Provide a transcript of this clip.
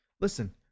listen